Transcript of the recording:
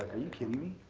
are you kidding me?